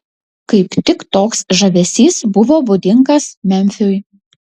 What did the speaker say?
kaip tik toks žavesys buvo būdingas memfiui